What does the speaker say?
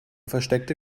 versteckte